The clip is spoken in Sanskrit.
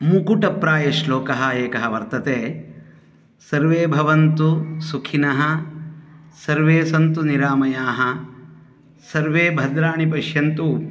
मुकुटप्रायश्लोकः एकः वर्तते सर्वे भवन्तु सुखिनः सर्वे सन्तु निरामयाः सर्वे भद्राणि पश्यन्तु